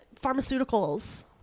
pharmaceuticals